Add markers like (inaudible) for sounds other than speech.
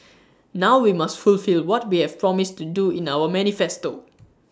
(noise) now we must fulfil what we have promised to do in our manifesto (noise)